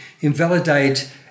invalidate